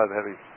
Heavy